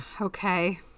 Okay